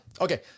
Okay